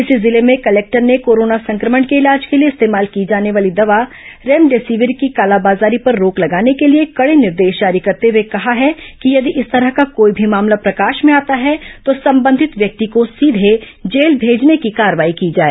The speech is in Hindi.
इसी जिले में कलेक्टर ने कोरोना संक्रमण के इलाज के लिए इस्तेमाल की जाने वाली दवा रेमडेसिविर की कालाबाजारी पर रोक लगाने के लिए कड़े निर्देश जारी करते हुए कहा है कि यदि इस तरह का कोई भी मामला प्रकाश में आता है तो संबंधित व्यक्ति को सीधे जेल भेजने की कार्रवाई की जाए